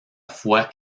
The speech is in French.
foi